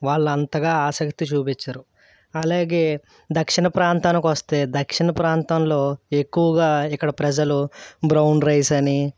వాళ్ళు అంతగా ఆసక్తి చూపించరు అలాగే దక్షిణ ప్రాంతానికి వస్తే దక్షిణ ప్రాంతంలో ఎక్కువగా ఇక్కడ ప్రజలు బ్రౌన్ రైస్ని